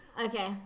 Okay